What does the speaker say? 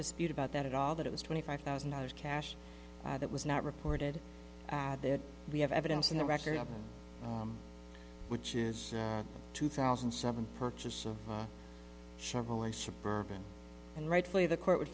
dispute about that at all that it was twenty five thousand dollars cash that was not reported there we have evidence in the record which is a two thousand and seven purchase of a shovel and suburban and rightfully the court would